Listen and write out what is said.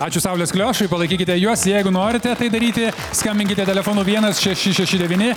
ačiū saulės kliošui palaikykite juos jeigu norite tai daryti skambinkite telefonu vienas šeši šeši devyni